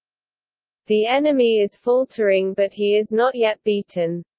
the enemy is faltering but he is not yet beaten.